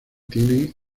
tiene